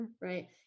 right